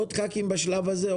עוד חברי כנסת בשלב הזה?